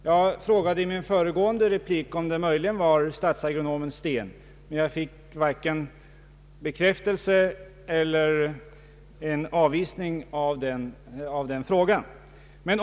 Jag frågade i min föregående replik, om det möjligen var statsagronomen Stéen, men jag fick varken jakande eller nekande svar på frågan.